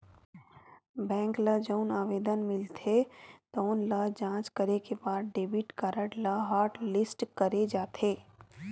bank ल जउन आवेदन मिलथे तउन ल जॉच करे के बाद डेबिट कारड ल हॉटलिस्ट करे जाथे